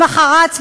למחרת,